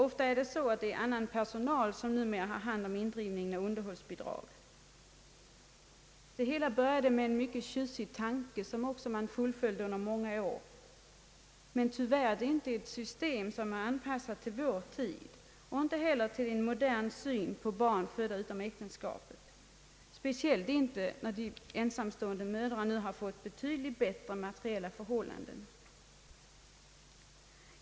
Ofta är det annan personal än barnavårdsmannen som numera har hand om indrivningen av underhållsbidrag. Det hela började med en mycket tjusig tanke, som också fullföljdes under många år, men tyvärr är det inte ett system som är anpassat till vår tid och inte heller till en modern syn på barn, födda utom äktenskap, speciellt inte när ensamstående mödrar nu har fått betydligt bättre materiella förhållanden.